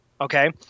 Okay